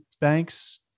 banks